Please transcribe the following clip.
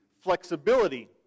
flexibility